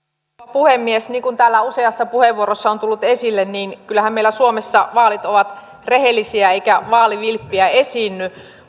puhemies niin kuin täällä useassa puheenvuorossa on tullut esille niin kyllähän meillä suomessa vaalit ovat rehellisiä eikä vaalivilppiä esiinny